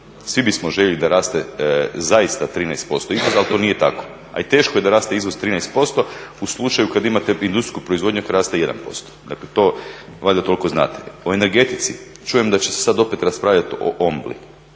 Svi bismo željeli da raste zaista 13% izvoz ali to nije tako, a i teško je da raste izvoz 13% u slučaju kad imate industrijsku proizvodnju koja raste 1%. Dakle to valjda toliko znate. O energetici, čujem da će se sad opet raspravljat o Ombli.